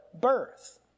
birth